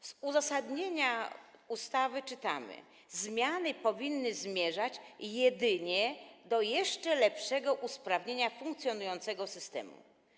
W uzasadnieniu ustawy czytamy: zmiany powinny zmierzać jedynie do jeszcze lepszego usprawnienia funkcjonującego systemu.